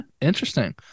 interesting